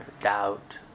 doubt